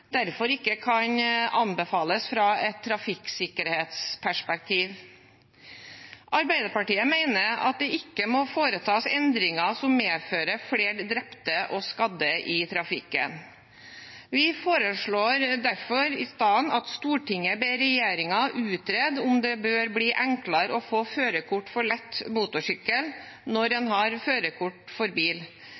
derfor ikke kan anbefales fra et trafikksikkerhetsperspektiv. Arbeiderpartiet mener at det ikke må foretas endringer som medfører flere drepte og skadde i trafikken. Vi foreslår derfor i stedet at Stortinget ber regjeringen utrede om det bør bli enklere å få førerkort for lett motorsykkel når en har førerkort for bil.